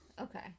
okay